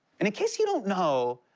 and in case you don't know,